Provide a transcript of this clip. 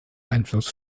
einfluss